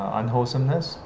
unwholesomeness